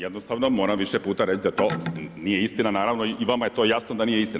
Jednostavno moram više puta reći da to nije istina naravno i vama je to jasno da nije istina.